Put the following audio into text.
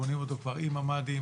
בונים אותו כבר עם ממ"דים,